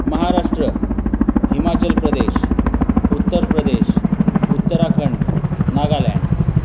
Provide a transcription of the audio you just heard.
Maharashtra Himachal Pradesh Uttar Pradesh Uttarakhand Nagaland